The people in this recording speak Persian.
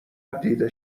دیده